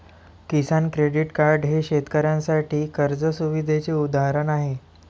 किसान credit card हे शेतकऱ्यांसाठी कर्ज सुविधेचे उदाहरण आहे